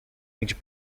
which